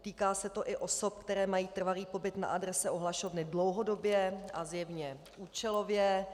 Týká se to i osob, které mají trvalý pobyt na adrese ohlašovny dlouhodobě a zjevně účelově.